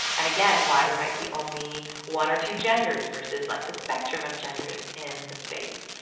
and again, why there might be only one or two genders verses like the spectrum of genders in the space.